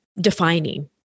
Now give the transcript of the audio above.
defining